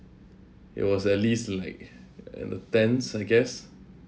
it was at least like uh in the tens I guess